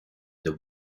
the